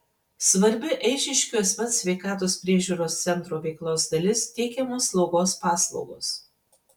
svarbi eišiškių asmens sveikatos priežiūros centro veiklos dalis teikiamos slaugos paslaugos